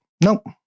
nope